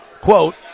Quote